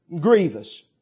grievous